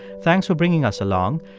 thanks for bringing us along.